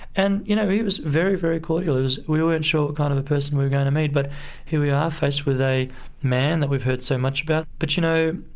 and you know he was very, very cordial. we weren't sure what kind of a person we were going to meet, but here we are, faced with a man that we've heard so much about. but, you know,